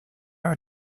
are